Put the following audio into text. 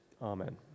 Amen